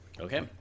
Okay